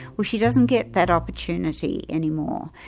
well she doesn't get that opportunity any more,